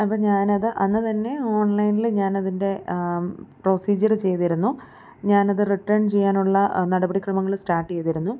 അപ്പോള് ഞാനത് അന്ന് തന്നെ ഓൺലൈനില് ഞാനതിൻ്റെ പ്രോസീജിയര് ചെയ്തിരുന്നു ഞാനത് റിട്ടേൺ ചെയ്യാനുള്ള നടപടി ക്രമങ്ങള് സ്റ്റാർട്ടെയ്തിരുന്നു